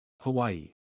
Hawaii